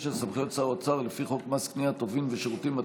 סמכויות שר האוצר לפי חוק מס קנייה (טובין ושירותים),